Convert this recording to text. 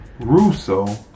Russo